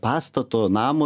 pastato namo